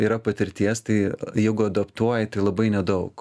yra patirties tai jeigu adaptuoji tai labai nedaug